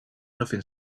nothing